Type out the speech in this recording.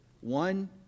one